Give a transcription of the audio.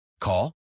Call